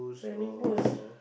trainee post